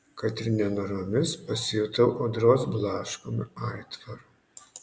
kad ir nenoromis pasijutau audros blaškomu aitvaru